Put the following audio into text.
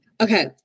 Okay